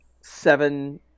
seven